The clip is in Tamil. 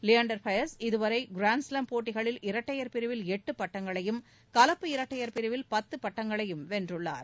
லியாண்டர் பயஸ் இதுவரை கிராண்ஸ்லாம் போட்டிகளில் இரட்டையர் பிரிவில் எட்டு பட்டங்களையும் கலப்பு இரட்டையர் பிரிவில் பத்து பட்டங்களையும் வென்றுள்ளார்